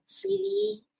freely